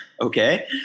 okay